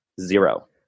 zero